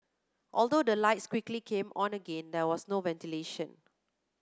although the lights quickly came on again there was no ventilation